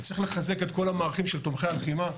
צריך לחזק את כל המערכים של תומכי הלחימה,